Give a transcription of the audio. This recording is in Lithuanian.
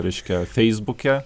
reiškia feisbuke